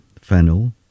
fennel